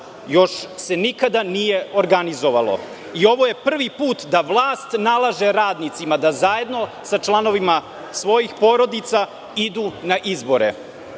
još se nikada nije organizovalo i ovo je prvi put da vlast nalaže radnicima da zajedno sa članovima svojih porodica idu na izbore.